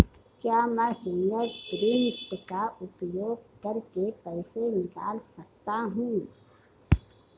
क्या मैं फ़िंगरप्रिंट का उपयोग करके पैसे निकाल सकता हूँ?